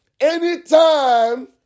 anytime